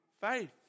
faith